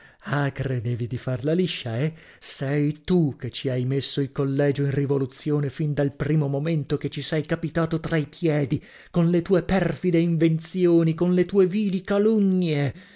ah credevi di farla liscia eh sei tu che ci hai messo il collegio in rivoluzione fin dal primo momento che ci sei capitato tra i piedi con le tue perfide invenzioni con le tue vili calunnie